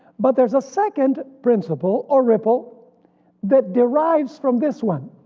but there's a second principle or ripple that derives from this one,